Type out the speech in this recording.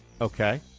Okay